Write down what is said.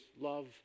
love